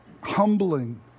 humbling